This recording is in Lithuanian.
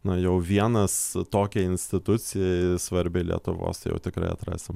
na jau vienas tokiai institucijai svarbiai lietuvos tai jau tikrai atrasim